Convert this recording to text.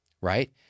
right